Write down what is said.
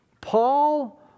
Paul